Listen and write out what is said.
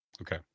Okay